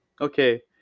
Okay